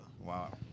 Wow